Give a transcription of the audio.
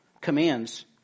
commands